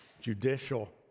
judicial